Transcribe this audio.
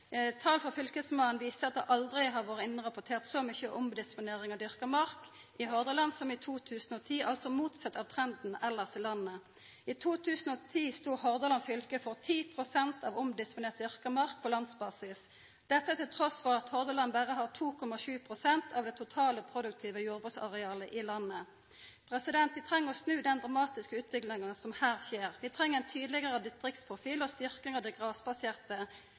Tal frå Fylkesmannen viser at det aldri har vore innrapportert så mykje omdisponering av dyrka mark i Hordaland som i 2010, altså motsett av trenden elles i landet. I 2010 stod Hordaland fylke for 10 pst. av omdisponert dyrka mark på landsbasis – dette trass i at Hordaland berre har 2,7 pst. av det totale produktive jordbruksarealet i landet. Vi treng å snu den dramatiske utviklinga som her skjer. Vi treng ein tydelegare distriktsprofil og styrking av det grasbaserte